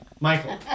michael